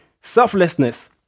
selflessness